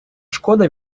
шкода